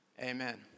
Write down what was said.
amen